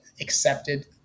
accepted